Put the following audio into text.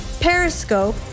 Periscope